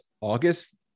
August